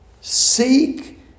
seek